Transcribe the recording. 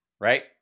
right